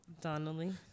Donnelly